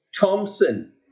Thompson